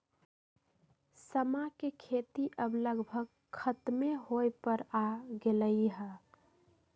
समा के खेती अब लगभग खतमे होय पर आ गेलइ ह